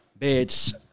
bitch